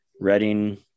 Reading